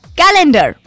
calendar